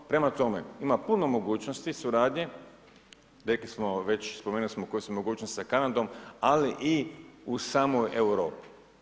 Prema tome, ima puno mogućnosti suradnje, rekli smo već spomenuli smo koje su mogućnosti sa Kanadom, ali i u samoj Europi.